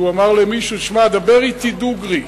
שהוא אמר למישהו: שמע, דבר אתי דוגרי.